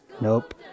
Nope